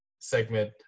segment